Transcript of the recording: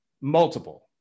Multiple